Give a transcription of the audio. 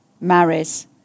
marries